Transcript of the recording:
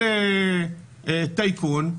כל טייקון,